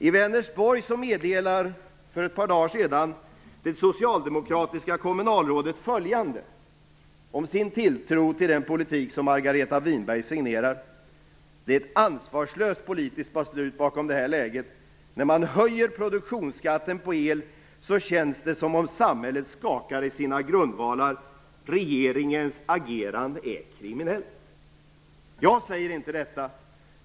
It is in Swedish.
I Vänersborg meddelade det socialdemokratiska kommunalrådet för ett par dagar sedan följande om sin tilltro till den politik som Margareta Winberg signerar: Det är ett ansvarslöst politiskt beslut bakom det här läget. När man höjer produktionsskatten på el känns det som om samhället skakar i sina grundvalar. Regeringens agerande är kriminellt. Det är inte jag som säger detta.